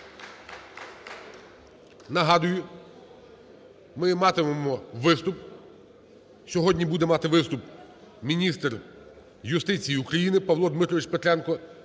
Нагадую, ми матимемо виступ… Сьогодні буде мати виступ міністр юстиції України Павло Дмитрович Петренко,